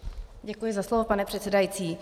Děkuji za slovo, pane předsedající.